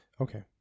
Okay